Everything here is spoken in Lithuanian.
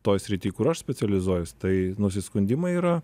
toj srity kur aš specializuojuos tai nusiskundimai yra